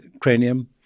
cranium